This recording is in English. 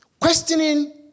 questioning